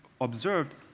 observed